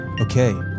Okay